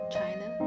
China